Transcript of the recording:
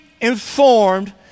informed